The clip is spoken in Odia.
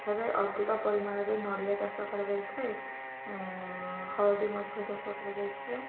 ଏଠାରେ ଅଧିକ ପରିମାଣରେ ନଡ଼ିଆ ଚାଷ କରାଯାଇଥାଏ ହଳଦୀ ମଧ୍ୟ ଚାଷ କରାଯାଇଥାଏ